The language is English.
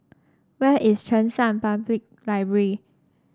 where is Cheng San Public Library